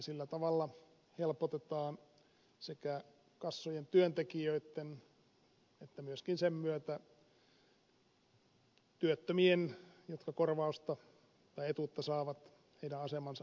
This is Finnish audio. sillä tavalla helpotetaan sekä kassojen työntekijöitten työtä että myöskin sen myötä parannetaan työttömien jotka etuutta saavat asemaa